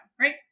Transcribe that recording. right